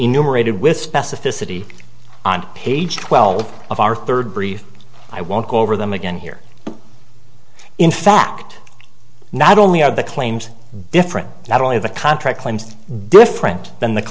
numerated with specificity on page twelve of our third brief i won't go over them again here in fact not only are the claims different not only the contract claims different than the